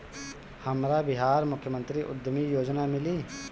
हमरा बिहार मुख्यमंत्री उद्यमी योजना मिली?